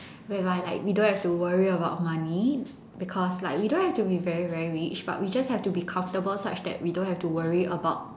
whereby like we don't have to worry about money because like we don't have to be very very rich but we just have to be comfortable such that we don't have to worry about